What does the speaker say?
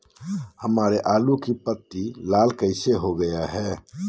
हमारे आलू की पत्ती लाल कैसे हो गया है?